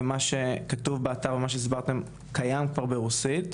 מה שכתוב באתר ומה שהסברתם קיים גם ברוסית,